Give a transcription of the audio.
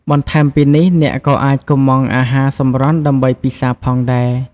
បន្ថែមពីនេះ អ្នកក៏អាចកុម្ម៉ង់អាហារសម្រន់ដើម្បីពិសារផងដែរ។